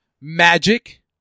Magic